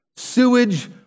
Sewage